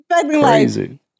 Crazy